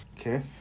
Okay